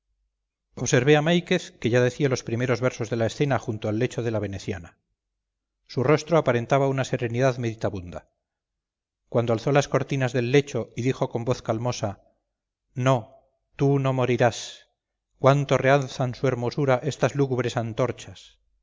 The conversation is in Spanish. observé a máiquez que ya decía los primeros versos de la escena junto al lecho de la veneciana su rostro aparentaba una serenidad meditabunda cuando alzó las cortinas del lecho y dijo con voz calmosa un rumor confuso surgió